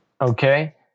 okay